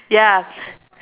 ya